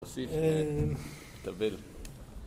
נוסיף לתבל